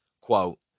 quote